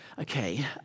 okay